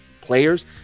players